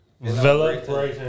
Villa